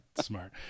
Smart